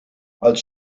als